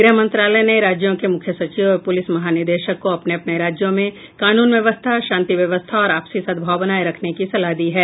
गृहमंत्रालय ने राज्यों के मुख्य सचिव और पुलिस महानिदेशक को अपने अपने राज्यों में कानून व्यवस्था शांति व्यवस्था और आपसी सद्भाव बनाए रखने की सलाह दी है